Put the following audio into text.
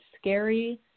scary